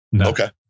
Okay